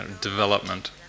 development